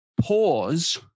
pause